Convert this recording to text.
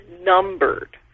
numbered